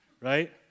right